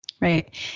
Right